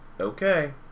Okay